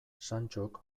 santxok